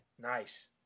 Nice